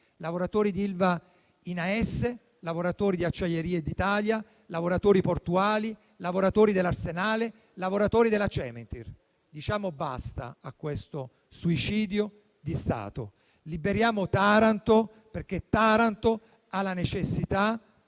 straordinaria, lavoratori di Acciaierie d'Italia, lavoratori portuali, lavoratori dell'arsenale, lavoratori della Cementir. Diciamo basta a questo suicidio di Stato. Liberiamo Taranto, perché Taranto ha la necessità